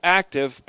active